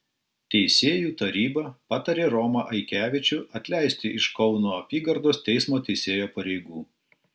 teisėjų taryba patarė romą aikevičių atleisti iš kauno apygardos teismo teisėjo pareigų